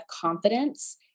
confidence